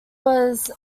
was